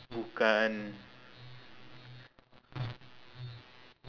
bukan